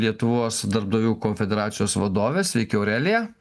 lietuvos darbdavių konfederacijos vadovė sveiki aurelija